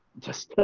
just,